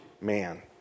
man